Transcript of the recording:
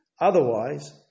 otherwise